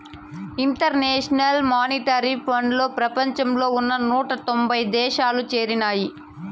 international monetary ఫండ్లో ప్రపంచంలో ఉన్న నూట తొంభై దేశాలు చేరినాయి